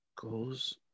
goes